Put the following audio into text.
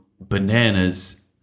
bananas